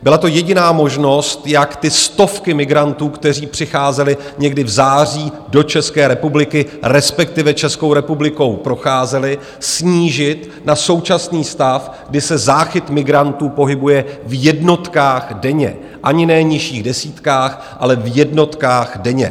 Byla to jediná možnost, jak ty stovky migrantů, kteří přicházeli někdy v září do České republiky, respektive Českou republikou procházeli, snížit na současný stav, kdy se záchyt migrantů pohybuje v jednotkách denně ani ne nižších desítkách, ale v jednotkách denně.